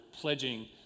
pledging